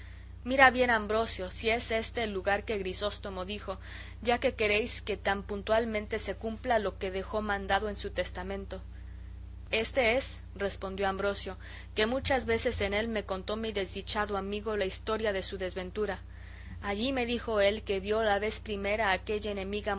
mirá bien ambrosio si es éste el lugar que grisóstomo dijo ya que queréis que tan puntualmente se cumpla lo que dejó mandado en su testamento éste es respondió ambrosio que muchas veces en él me contó mi desdichado amigo la historia de su desventura allí me dijo él que vio la vez primera a aquella enemiga